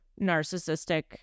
narcissistic